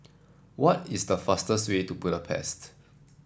what is the fastest way to Budapest